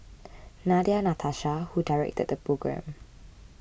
Nadia Natasha who directed the programme